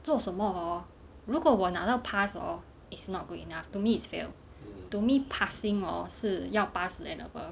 做什么 hor 如果我拿到 pass hor is not good enough to me is fail to me passing hor 是要八十 and above